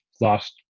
lost